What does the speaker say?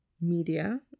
media